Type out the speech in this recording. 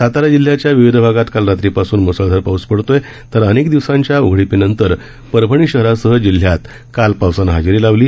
सातारा जिल्ह्याच्या विविध भागांत काल रात्रीपासून मुसळधार पाऊस पडत आहे तर अनेक दिवसांच्या उघडीपीनंतर परभणी शहरासह जिल्ह्यात काल पावसानं हजेरी लावली